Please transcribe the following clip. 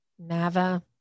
NAVA